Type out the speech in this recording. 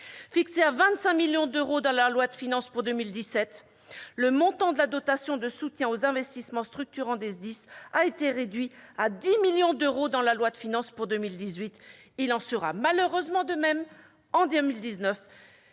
Fixé à 25 millions d'euros dans la loi de finances pour 2017, le montant de la dotation de soutien aux investissements structurants des SDIS a été réduit à 10 millions d'euros dans la loi de finances pour 2018. Il en sera malheureusement de même en 2019.